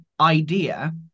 idea